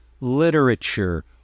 literature